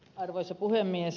arvoisa puhemies